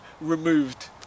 removed